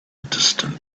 distant